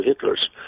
Hitler's